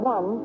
One